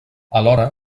alhora